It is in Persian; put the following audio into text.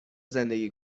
زندگی